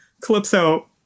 Calypso